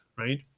right